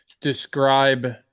describe